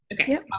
Okay